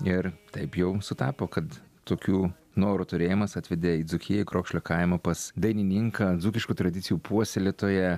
ir taip jau sutapo kad tokių norų turėjimas atvedė į dzūkiją į krokšlio kaimą pas dainininką dzūkiškų tradicijų puoselėtoją